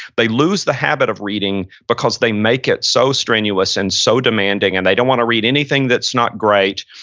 they lose the habit of reading because they make it so strenuous and so demanding. and they don't want to read anything that's not great.